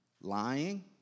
Lying